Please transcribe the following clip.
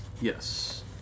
Yes